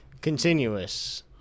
continuous